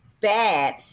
bad